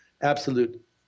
absolute